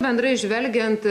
bendrai žvelgiant